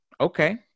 Okay